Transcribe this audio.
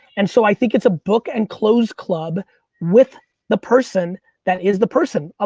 and so i think it's a book and clothes club with the person that is the person. ah